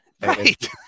Right